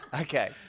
Okay